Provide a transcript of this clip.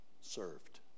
served